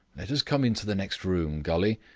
let us come into the next room, gully,